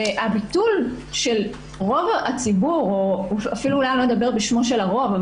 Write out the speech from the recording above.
הביטול של רוב הציבור או אפילו למה לדבר בשמו של הרוב?